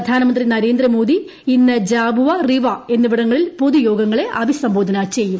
പ്രധാനമന്ത്രി നരേന്ദ്രമോദി ഇന്ന് ജാബുവ റിവാ എന്നിവടങ്ങളിൽ പൊതുയോഗങ്ങളെ അഭിസംബോധന ചെയ്യും